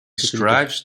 strives